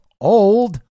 old